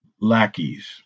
lackeys